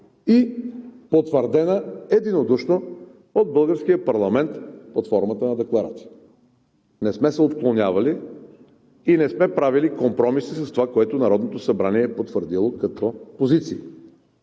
и потвърдена единодушно от българския парламент под формата на декларация, не сме се отклонявали и не сме правили компромиси с това, което Народното събрание е потвърдило като позиции,